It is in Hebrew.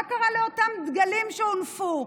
מה קרה לאותם דגלים שהונפו?